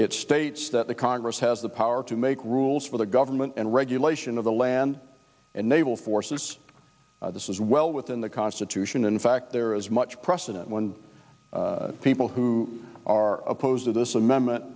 it states that the congress has the power to make rules for the government and regulation of the land and naval forces this is well within the constitution in fact there is much precedent when people who are opposed to this amendment